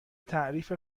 تعریف